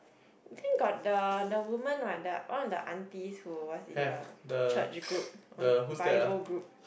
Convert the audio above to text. I think got the the woman one one of the aunties who was in the church group bible group